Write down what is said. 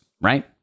right